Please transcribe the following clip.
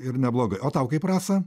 ir neblogai o tau kaip rasa